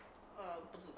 err 不知道